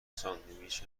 ساندویچ